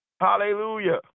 Hallelujah